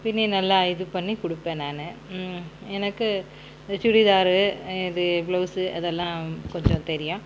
பின்னி நல்லா இது பண்ணி கொடுப்பேன் நான் எனக்கு சுடிதாரு இது பிளவுசு அதெல்லாம் கொஞ்சம் தெரியும்